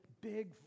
Big